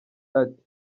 ati